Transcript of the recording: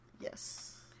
Yes